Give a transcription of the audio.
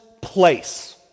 place